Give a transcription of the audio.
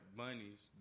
bunnies